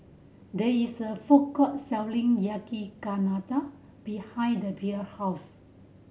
there is a food court selling Yakizakana behind the Blair house